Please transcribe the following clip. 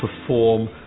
perform